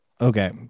Okay